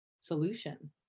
solution